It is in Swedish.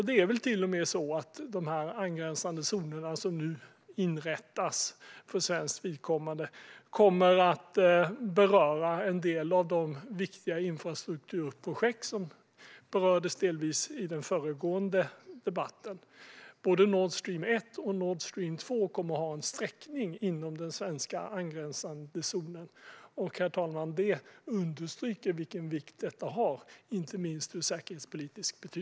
Det är väl till och med så att de angränsande zoner som nu inrättas för svenskt vidkommande kommer att beröra en del av de viktiga infrastrukturprojekt som delvis berördes i den föregående debatten. Både Nord Stream 1 och Nord Stream 2 kommer att ha en sträckning inom den svenska angränsande zonen. Det understryker vilken vikt detta har, inte minst ur säkerhetspolitisk synpunkt.